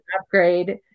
upgrade